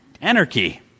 anarchy